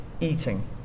eating